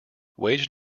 wage